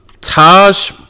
Taj